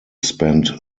spent